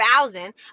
thousand